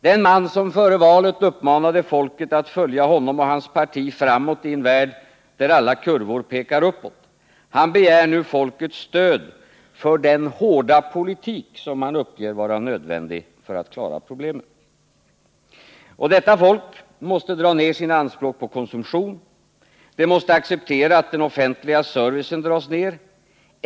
Den man som före valet uppmanade folket att följa honom och hans parti framåt i en värld där alla kurvor pekar uppåt begär nu folkets stöd för den hårda politik som han uppger vara nödvändig för att klara problemen. Detta folk måste dra ner sina anspråk på konsumtion. Det måste acceptera att den offentliga servicen dras ner.